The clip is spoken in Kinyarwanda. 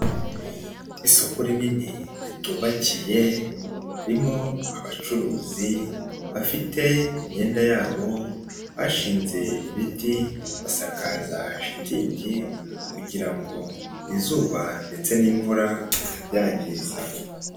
Isoko rinini ritubakiye harimo abacuruzi bafite imyenda yabo bashinze ibiti basakaza shitingi kugira ngo izuba ndetse n'imvura bitabyangiza.